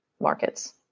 markets